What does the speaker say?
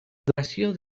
duració